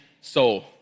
soul